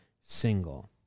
single